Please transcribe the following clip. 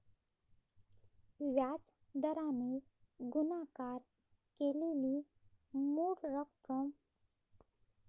व्याज दराने गुणाकार केलेली मूळ रक्कम